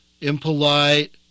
Impolite